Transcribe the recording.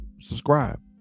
subscribe